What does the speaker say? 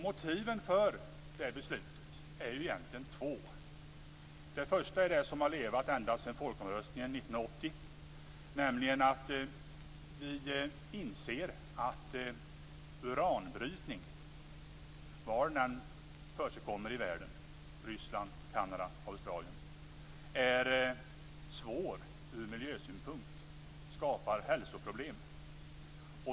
Motiven för beslutet är egentligen två. Det första är det som har levt ända sedan folkomröstningen 1980, nämligen att vi inser att uranbrytning, var den än förekommer i världen - Ryssland, Kanada, Australien - är svår ur miljösynpunkt och skapar hälsoproblem.